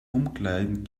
umkleiden